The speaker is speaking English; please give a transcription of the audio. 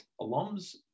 alums